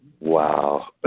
Wow